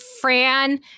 Fran